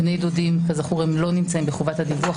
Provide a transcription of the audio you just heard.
כזכור בני דודים לא נמצאים בחובת הדיווח.